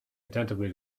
attentively